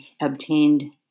obtained